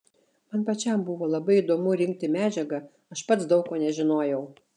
man pačiam buvo labai įdomu rinkti medžiagą aš pats daug ko nežinojau